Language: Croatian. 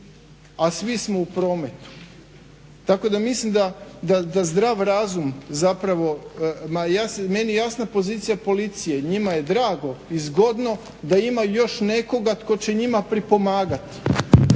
a svi smo u prometu. Tako da mislim da zdrav razum zapravo, ma meni je jasna pozicija policije i njima je drago i zgodno da ima još nekoga tko će njima pripomagati,